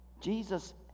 Jesus